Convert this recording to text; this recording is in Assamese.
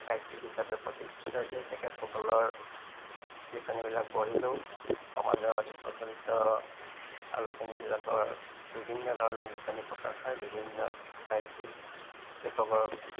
সাহিত্য়িক হিচাপে প্ৰতিষ্ঠিত হৈছে তেখেতসকলৰ লিখনিবিলাক পঢ়িলেও সমাজত প্ৰচলিত আলোচনীবিলাকত বিভিন্নধৰণৰ লিখনি প্ৰকাশ পায় বিভিন্ন সাহিত্য়িক লিখকৰ